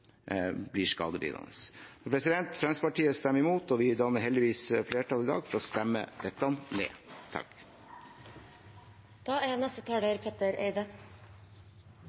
blir skadelidende. Fremskrittspartiet stemmer imot, og vi danner heldigvis flertall i dag for å stemme dette ned. Vi fikk vite for et par timer siden at LO-leder Hans-Christian Gabrielsen er